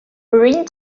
marine